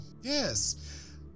Yes